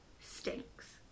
stinks